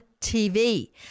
TV